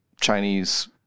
Chinese